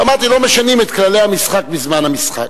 אמרתי שלא משנים את כללי המשחק בזמן המשחק.